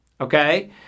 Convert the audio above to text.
Okay